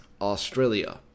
Australia